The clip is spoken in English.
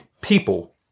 people